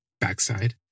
backside